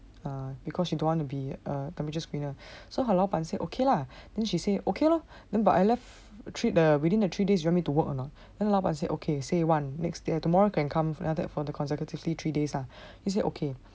err cause she don't want to be a a temperature screener so her 老板 say okay lah then she say okay lor then but I left three within the three days you want me to work or not then 老板 say okay say want next day tomorrow can come for that consecutively three days ah he say okay